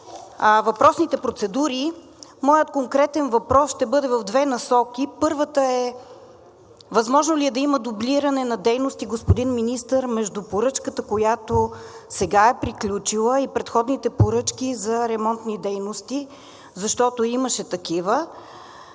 въпросните процедури, моят конкретен въпрос ще бъде в две насоки. Първата е: възможно ли е да има дублиране на дейности, господин Министър, между поръчката, която сега е приключила, и предходните поръчки за ремонтни дейности, защото имаше такива?